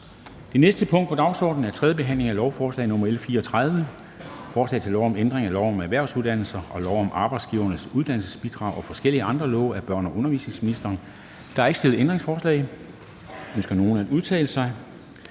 Det næste punkt på dagsordenen er: 3) 3. behandling af lovforslag nr. L 34: Forslag til lov om ændring af lov om erhvervsuddannelser, lov om Arbejdsgivernes Uddannelsesbidrag og forskellige andre love. (Udmøntning af trepartsaftale om flere lærepladser og entydigt